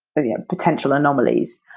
but yeah potential anomalies,